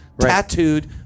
tattooed